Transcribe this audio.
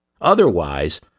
Otherwise